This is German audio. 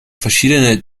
verschiedene